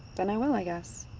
then i will, i guess.